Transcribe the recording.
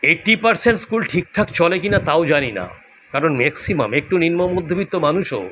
eighty percent school ঠিকঠাক চলে কী না তাও জানি না কারণ ম্যাক্সিমাম একটু নিম্ন মধ্যবিত্ত মানুষও